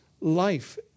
life